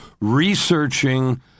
researching